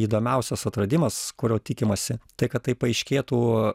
įdomiausias atradimas kurio tikimasi tai kad tai paaiškėtų